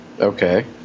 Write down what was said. Okay